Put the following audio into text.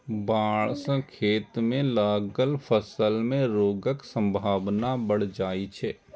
बाढ़ि सं खेत मे लागल फसल मे रोगक संभावना बढ़ि जाइ छै